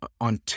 on